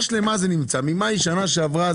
הוא נמצא אצלכם ממאי של השנה שעברה,